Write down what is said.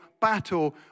battle